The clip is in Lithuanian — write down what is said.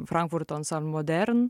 frankfurto ansambl modern